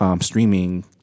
streaming